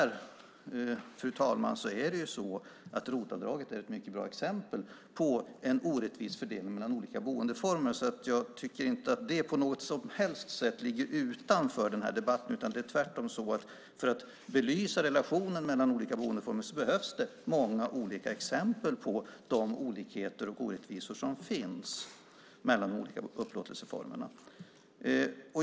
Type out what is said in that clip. ROT-avdraget är ett mycket bra exempel på en orättvis fördelning mellan olika boendeformer. Jag tycker inte att det på något som helst sätt ligger utanför denna debatt. Det är tvärtom så att det för att belysa relationen mellan olika boendeformer behövs många olika exempel på de olikheter och orättvisor som finns mellan de olika upplåtelseformerna.